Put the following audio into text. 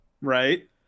Right